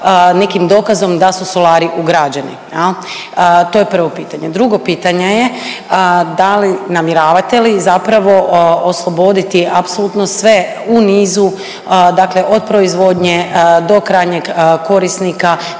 nekim dokazom da su solari ugrađeni? To je prvo pitanje. Drugo pitanje je, da li namjeravate li zapravo osloboditi apsolutno sve u nizu od proizvodnje do krajnjeg korisnika